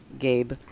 Gabe